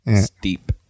steep